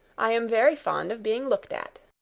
i am very fond of being looked at.